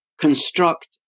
construct